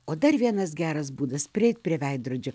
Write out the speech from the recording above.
o dar vienas geras būdas prieiti prie veidrodžio